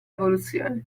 evoluzione